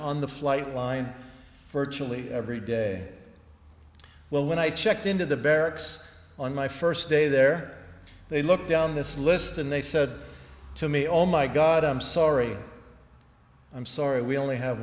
on the flight line virtually every day well when i checked into the barracks on my first day there they look down this list and they said to me oh my god i'm sorry i'm sorry we only have